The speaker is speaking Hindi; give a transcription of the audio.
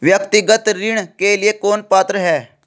व्यक्तिगत ऋण के लिए कौन पात्र है?